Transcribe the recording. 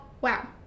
wow